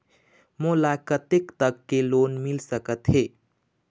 मोला कतेक तक के लोन मिल सकत हे?